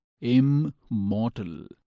immortal